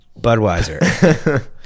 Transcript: Budweiser